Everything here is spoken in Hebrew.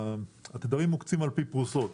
התדרים מוקצים על פי פרוסות,